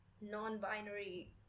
non-binary